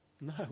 No